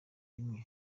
rimwe